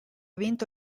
vinto